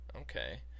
Okay